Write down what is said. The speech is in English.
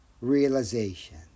realization